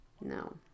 No